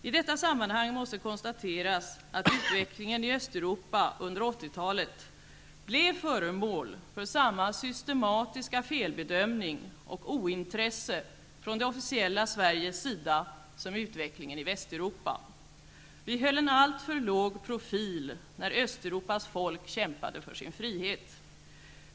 I detta sammanhang måste konstateras att utvecklingen i Östeuropa under 80-talet blev föremål för samma systematiska felbedömning och ointresse från det officiella Sveriges sida som utvecklingen i Västeuropa. Vi höll en alltför låg profil när Östeuropas folk kämpade för sin frihet.